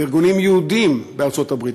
ארגונים יהודיים בארצות-הברית,